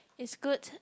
it's good